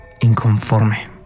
inconforme